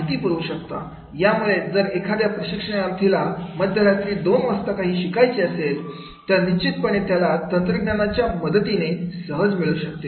माहिती पुरवू शकता यामुळे जर एखाद्या प्रशिक्षणार्थी ला मध्यरात्री दोन वाजता काही शिकायचे असेल तर निश्चितपणे त्याला तंत्रज्ञानाच्या मदतीने सहज मिळू शकते